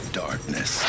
darkness